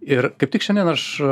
ir kaip tik šiandien aš